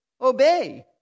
obey